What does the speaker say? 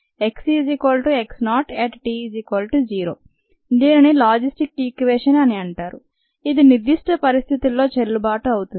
xx0 at t0 దీనిని logistic equation అని అంటారు ఇది నిర్ధిష్ట పరిస్థితుల్లో చెల్లుబాటు అవుతుంది